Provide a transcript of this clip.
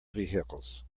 vehicles